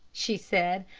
she said.